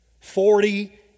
Forty